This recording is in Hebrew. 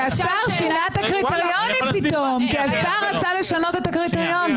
--- כי השר רצה לשנות את הקריטריונים פתאום.